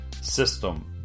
system